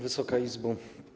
Wysoka Izbo!